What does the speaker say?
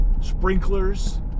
sprinklers